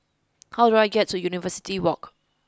how do I get to University Walk